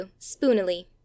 spoonily